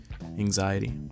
anxiety